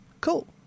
Cool